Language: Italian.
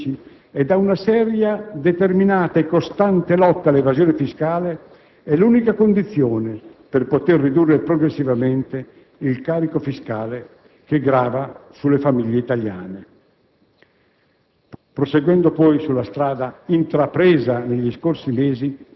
Il rilancio economico, sostenuto da un solido risanamento dei conti pubblici e da una seria, determinata e costante lotta all'evasione fiscale è l'unica condizione per potere ridurre progressivamente il carico fiscale che grava sulle famiglie italiane.